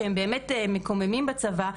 שהם באמת מקוממים בצבא.